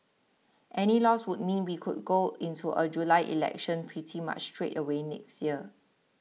any loss would mean we could go into a July election pretty much straight away next year